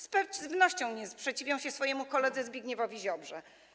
Z pewnością nie sprzeciwią się swojemu koledze Zbigniewowi Ziobrze.